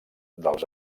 dels